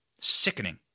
Sickening